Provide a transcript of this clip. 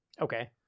Okay